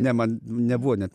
ne man nebuvo net